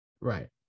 Right